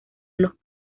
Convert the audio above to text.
los